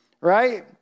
right